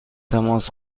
تماس